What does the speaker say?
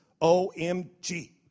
O-M-G